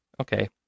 okay